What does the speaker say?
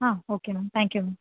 ah okay ma'am thank you ma'am